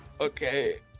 okay